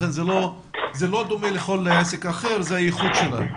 לכן זה לא דומה לכל עסק אחר וזה הייחוד שלהם.